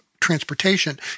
transportation